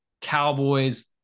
Cowboys